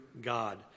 God